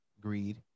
Greed